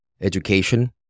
education